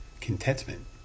contentment